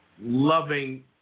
loving